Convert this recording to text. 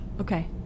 Okay